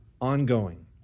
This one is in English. ongoing